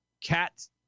Cat